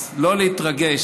אז לא להתרגש.